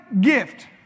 gift